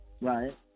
right